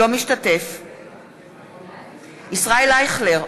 אינו משתתף בהצבעה ישראל אייכלר,